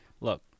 look